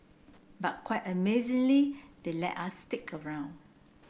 but quite amazingly they let us stick around